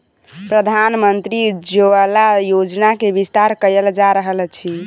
प्रधानमंत्री उज्ज्वला योजना के विस्तार कयल जा रहल अछि